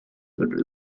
would